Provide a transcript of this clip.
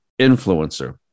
influencer